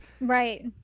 Right